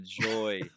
joy